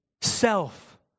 self